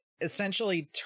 essentially